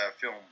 film